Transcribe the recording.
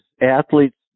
athletes